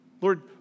Lord